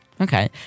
Okay